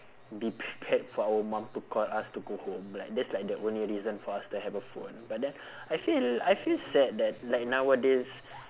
be prepared for our mum to call us to go home like that's like the only reason for us to have a phone but then I feel I feel sad that like nowadays